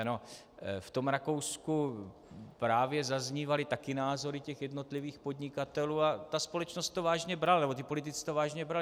No v tom Rakousku právě zaznívaly taky názory jednotlivých podnikatelů a společnost to vážně brala, nebo politici to vážně brali.